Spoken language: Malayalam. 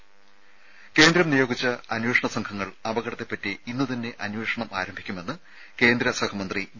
ത കേന്ദ്രം നിയോഗിച്ച അന്വേഷണ സംഘങ്ങൾ അപകടത്തെപ്പറ്റി ഇന്നു തന്നെ അന്വേഷണം ആരംഭിക്കുമെന്ന് കേന്ദ്രസഹമന്ത്രി വി